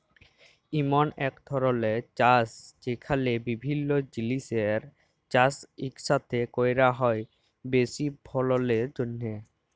ইমল ইক ধরলের চাষ যেখালে বিভিল্য জিলিসের চাষ ইকসাথে ক্যরা হ্যয় বেশি ফললের জ্যনহে